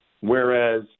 whereas